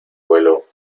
vuelo